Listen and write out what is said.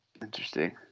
interesting